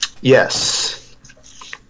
Yes